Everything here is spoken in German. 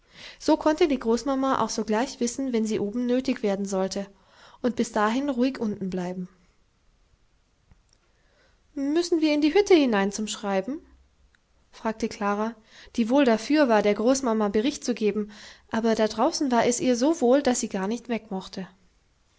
so konnte die großmama auch sogleich wissen wenn sie oben nötig werden sollte und bis dahin ruhig unten bleiben müssen wir in die hütte hinein zum schreiben fragte klara die wohl dafür war der großmama bericht zu geben aber da draußen war es ihr so wohl daß sie gar nicht weg mochte